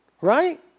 Right